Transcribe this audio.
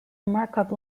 markup